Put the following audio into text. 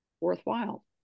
worthwhile